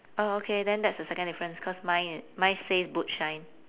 oh okay then that's the second difference cause mine mine says boot shine